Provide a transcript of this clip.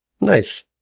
Nice